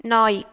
நாய்